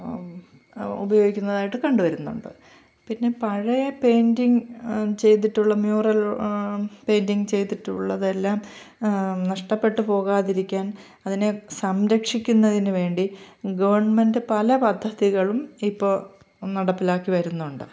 ഉപയോഗിക്കുന്നതായിട്ട് കണ്ടു വരുന്നുണ്ട് പിന്നെ പഴയ പെയിൻ്റിങ്ങ് ചെയ്തിട്ടുള്ള മ്യൂറൽ പെയിൻ്റിങ്ങ് ചെയ്തിട്ടുള്ളതെല്ലാം നഷ്ട്ടപ്പെട്ടു പോകാതിരിക്കാൻ അതിനെ സംരക്ഷിക്കുന്നതിന് വേണ്ടി ഗവൺമെൻ്റ് പല പദ്ധതികളും ഇപ്പോൾ നടപ്പിലാക്കി വരുന്നുണ്ട്